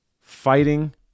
fighting